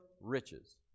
riches